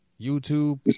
YouTube